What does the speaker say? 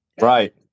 Right